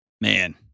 man